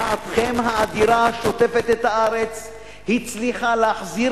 מחאתכם האדירה השוטפת את הארץ הצליחה להחזיר